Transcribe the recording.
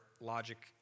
logic